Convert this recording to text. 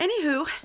Anywho